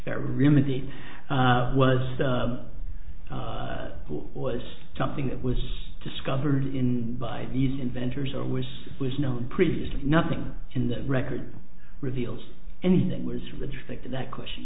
was something that was discovered in by east inventors or was was known previously nothing in the record reveals anything was rejected that question